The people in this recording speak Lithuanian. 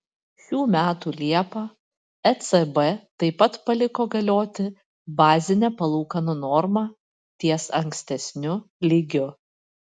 šių metų liepą ecb taip pat paliko galioti bazinę palūkanų normą ties ankstesniu lygiu